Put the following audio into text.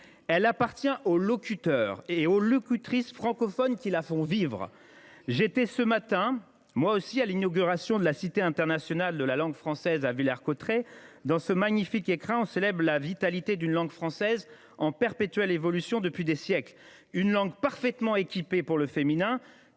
sommes, mais aux locuteurs et aux locutrices francophones qui la font vivre ! C’est moche ! J’étais présent ce matin à l’inauguration de la Cité internationale de la langue française, à Villers Cotterêts. Dans ce magnifique écrin, on célèbre la vitalité d’une langue française en perpétuelle évolution depuis des siècles, une langue parfaitement équipée pour le féminin,